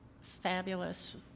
fabulous